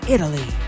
Italy